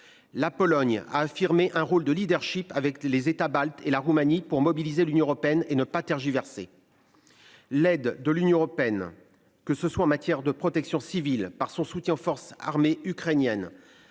La Pologne a affirmé un rôle de Leadership avec les États baltes et la Roumanie pour mobiliser l'Union européenne et ne pas tergiverser. L'aide de l'Union européenne, que ce soit en matière de protection civile par son soutien aux forces armées ukrainiennes.